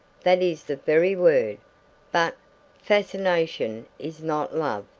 that is the very word but fascination is not love!